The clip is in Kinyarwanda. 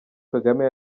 kagame